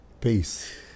Peace